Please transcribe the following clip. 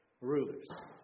rulers